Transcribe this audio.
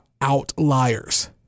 outliers